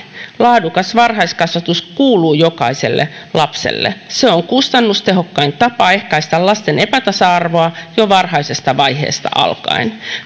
laadukas varhaiskasvatus kuuluu jokaiselle lapselle se on kustannustehokkain tapa ehkäistä lasten epätasa arvoa jo varhaisesta vaiheesta alkaen